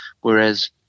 Whereas